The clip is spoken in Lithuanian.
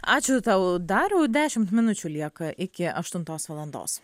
ačiū tau dariau dešimt minučių lieka iki aštuntos valandos